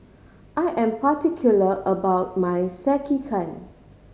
I am particular about my Sekihan